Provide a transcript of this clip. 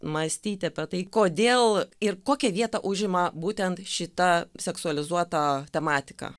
mąstyti apie tai kodėl ir kokią vietą užima būtent šita seksualizuota tematika